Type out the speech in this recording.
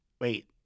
wait